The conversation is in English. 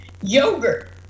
yogurt